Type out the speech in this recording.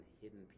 hidden